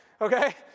okay